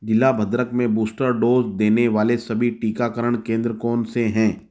ज़िला भद्रक में booster dose देने वाले सभी टीकाकरण केंद्र कौनसे हैं